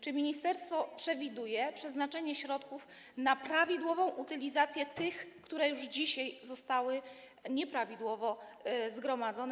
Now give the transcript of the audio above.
Czy ministerstwo przewiduje przeznaczenie środków na prawidłową utylizację tych odpadów, które już dzisiaj zostały nieprawidłowo zgromadzone?